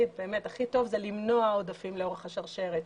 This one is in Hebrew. הכי טוב זה למנוע עודפים לאורך השרשרת,